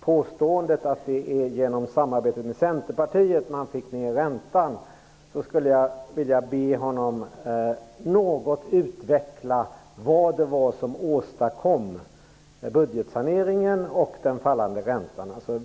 påståendet att det är genom samarbetet med Centerpartiet som man fick ned räntan, skulle jag vilja be honom att något utveckla vad det var som åstadkom budgetsaneringen och den fallande räntan.